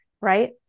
right